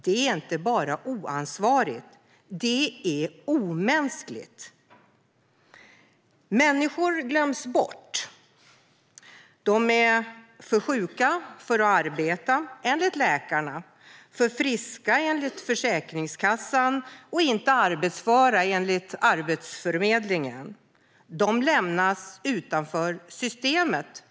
Det är inte bara oansvarigt utan också omänskligt. Människor glöms bort. De är för sjuka för att arbeta enligt läkarna, för friska enligt Försäkringskassan och inte arbetsföra enligt Arbetsförmedlingen. De lämnas helt enkelt utanför systemet.